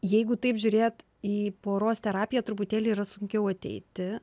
jeigu taip žiūrėt į poros terapiją truputėlį yra sunkiau ateiti